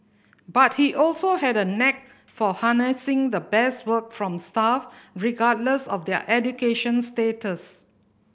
but he also had a knack for harnessing the best work from staff regardless of their education status